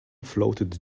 floated